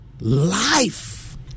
life